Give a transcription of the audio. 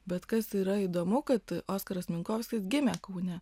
bet kas yra įdomu kad oskaras minkovskis gimė kaune